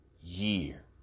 year